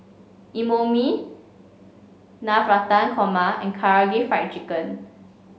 Imoni Navratan Korma and Karaage Fried Chicken